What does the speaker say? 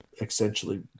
Essentially